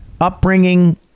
upbringing